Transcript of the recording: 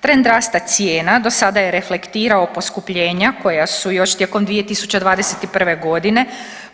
Trend rasta cijena do sada je reflektirao poskupljenja koja su još tijekom 2021. godine